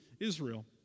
Israel